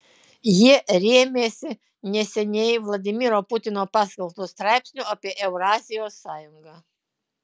jie rėmėsi neseniai vladimiro putino paskelbtu straipsniu apie eurazijos sąjungą